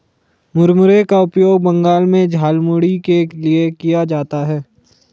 मुरमुरे का उपयोग बंगाल में झालमुड़ी के लिए किया जाता है